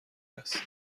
است